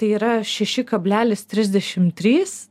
tai yra šeši kablelis trisdešimt trys